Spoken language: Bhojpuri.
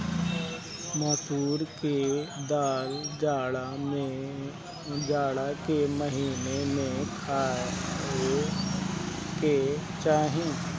मसूर के दाल जाड़ा के महिना में खाए के चाही